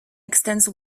extends